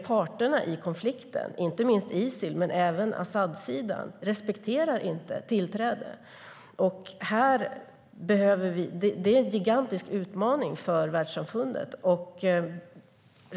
Parterna i konflikten, inte minst Isil men även Asadsidan, respekterar inte tillträde. Detta är en gigantisk utmaning för världssamfundet.